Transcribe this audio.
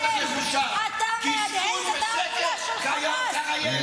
אתה מהדהד את התעמולה שלהם --- קשקוש ושקר כיאה לך,